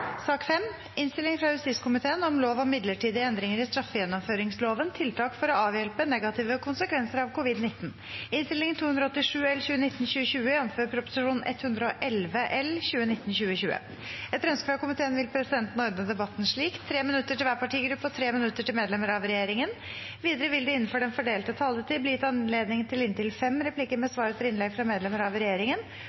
sak nr. 4. Etter ønske fra justiskomiteen vil presidenten ordne debatten slik: 3 minutter til hver partigruppe og 3 minutter til medlemmer av regjeringen. Videre vil det – innenfor den fordelte taletid – bli gitt anledning til inntil fem replikker med